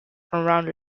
around